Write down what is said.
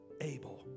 Abel